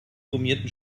gummierten